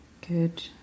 Good